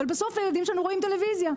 אבל בסוף הילדים שלנו רואים טלוויזיה.